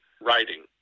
writing